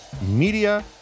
media